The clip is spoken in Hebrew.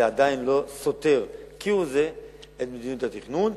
זה עדיין לא סותר כהוא זה את מדיניות התכנון.